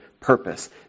purpose